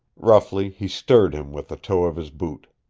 roughly he stirred him with the toe of his boot.